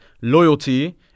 loyalty